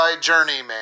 journeyman